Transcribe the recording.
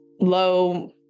low